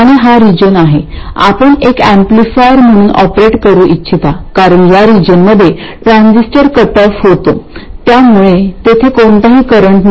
आणि हा रिजन आहे आपण एक अम्पलीफायर म्हणून ऑपरेट करू इच्छिता कारण या रिजनमध्ये ट्रान्झिस्टर कट ऑफ होतो त्यामुळे तेथे कोणताही करंट नाही